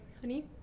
honey